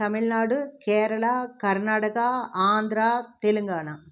Tamil Nadu Kerala Karnataka Andhra Telangana